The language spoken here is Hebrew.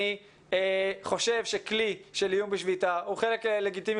אני חושב שכלי של איום בשביתה הוא חלק לגיטימי